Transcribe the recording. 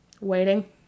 waiting